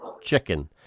chicken